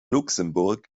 luxemburg